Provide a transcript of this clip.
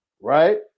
right